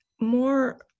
more